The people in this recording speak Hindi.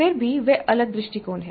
फिर भी वे अलग दृष्टिकोण हैं